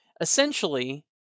Essentially